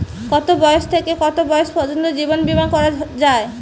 কতো বয়স থেকে কত বয়স পর্যন্ত জীবন বিমা করা যায়?